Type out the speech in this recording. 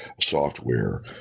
software